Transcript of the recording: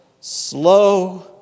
slow